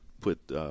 put